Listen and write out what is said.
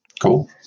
Cool